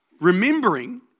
Remembering